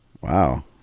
Wow